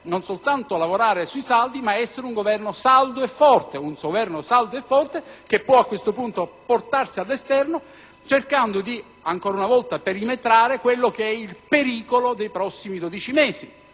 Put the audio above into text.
non soltanto lavorare sui saldi ma essere un Esecutivo saldo forte. Un Governo saldo e forte può, a questo punto, portarsi all'esterno cercando, ancora una volta, di perimetrare il pericolo dei prossimi 12 mesi